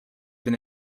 been